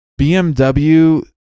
BMW